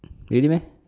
really meh